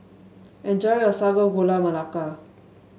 enjoy your Sago Gula Melaka